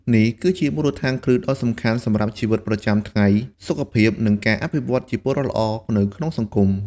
នេះគឺជាមូលដ្ឋានគ្រឹះដ៏សំខាន់សម្រាប់ជីវិតប្រចាំថ្ងៃ សុខភាព និងការអភិវឌ្ឍជាពលរដ្ឋល្អនៅក្នុងសង្គម។